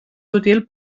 útil